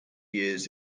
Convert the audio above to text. years